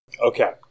Okay